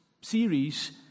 series